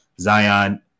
Zion